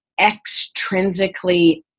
extrinsically